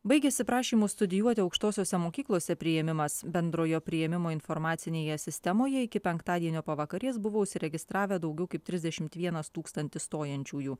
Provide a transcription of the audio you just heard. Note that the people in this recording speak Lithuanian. baigiasi prašymų studijuoti aukštosiose mokyklose priėmimas bendrojo priėmimo informacinėje sistemoje iki penktadienio pavakarės buvo užsiregistravę daugiau kaip trisdešim vienas tūkstantis stojančiųjų